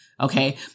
Okay